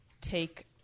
take